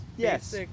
Yes